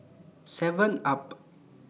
Seven up